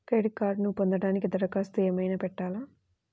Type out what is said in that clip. Credit కార్డ్ను పొందటానికి దరఖాస్తు ఏమయినా పెట్టాలా?